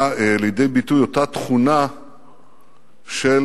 אותה תכונה של